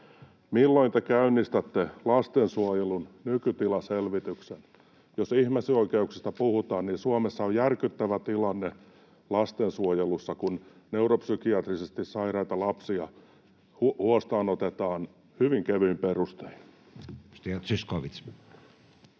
milloin te käynnistätte lastensuojelun nykytilaselvityksen. Jos ihmisoikeuksista puhutaan, niin Suomessa on järkyttävä tilanne lastensuojelussa, kun neuropsykiatrisesti sairaita lapsia huostaanotetaan hyvin kevyin perustein.